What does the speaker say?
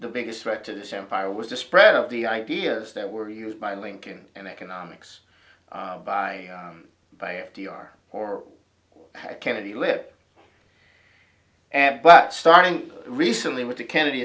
the biggest threat to this empire was the spread of the ideas that were used by lincoln and economics by by a d r or kennedy lip and but starting recently with the kennedy